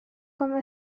come